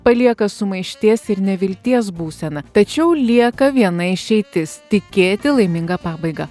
palieka sumaišties ir nevilties būseną tačiau lieka viena išeitis tikėti laiminga pabaiga